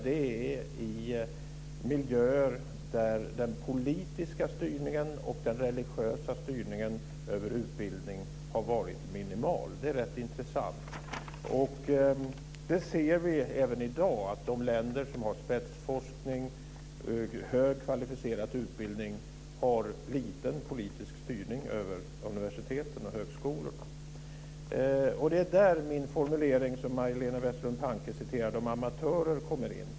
Det är miljöer där den politiska styrningen och den religiösa styrningen över utbildningen har varit minimal. Det är rätt intressant. Vi ser även i dag att de länder som har spetsforskning, högt kvalificerad utbildning, har liten politisk styrning över universiteten och högskolorna. Det är där min formulering, som Majléne Westerlund Panke citerade, om amatörer kommer in.